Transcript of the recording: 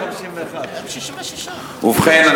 ובכן,